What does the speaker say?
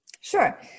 Sure